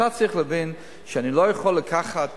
אתה צריך להבין שאני לא יכול לקחת,